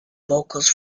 vocals